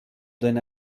den